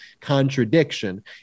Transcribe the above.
contradiction